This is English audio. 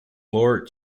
lord